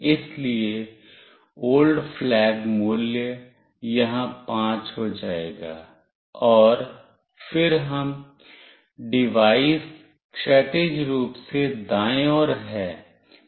इसलिए old flag मूल्य यहां 5 हो जाएगा और फिर हम डिवाइस क्षैतिज रूप से दाएं और हैं प्रिंट करते हैं